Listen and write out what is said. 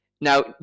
Now